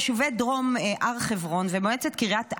יישובי דרום הר חברון ומועצת קריית ארבע,